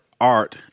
art